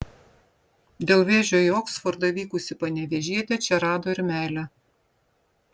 dėl vėžio į oksfordą vykusi panevėžietė čia rado ir meilę